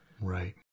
right